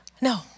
No